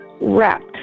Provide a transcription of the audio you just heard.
wrapped